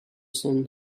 sun